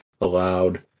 allowed